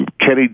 Kenny